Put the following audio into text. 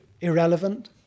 irrelevant